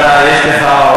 יש לך,